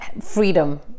freedom